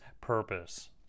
purpose